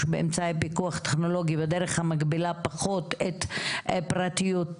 באמצעי פיקוח טכנולוגי בדרך המגבילה פחות את פרטיותו